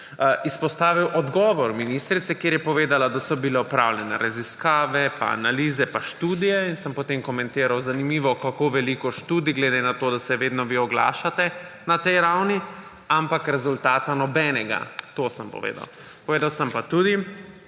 izpostavil odgovor ministrice, kjer je povedala, da so bile opravljene raziskave pa analize pa študije, in sem potem komentiral – zanimivo, kako veliko študij glede na to, da se vedno vi oglašate na tej ravni, ampak rezultata nobenega. To sem povedal. Povedal sem pa tudi,